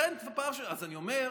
אז אני אומר,